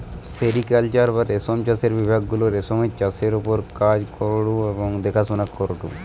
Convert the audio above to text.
sericulture বা রেশম চাষের বিভাগ গুলা রেশমের চাষের ওপর কাজ করঢু এবং দেখাশোনা করঢু